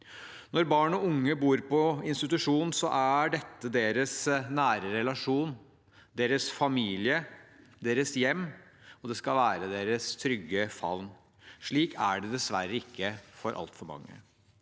Når barn og ungdom bor på institusjon, er dette deres nære relasjon, deres familie, deres hjem, og det skal være deres tygge favn. Slik er det dessverre ikke for altfor mange.